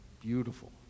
Beautiful